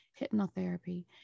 hypnotherapy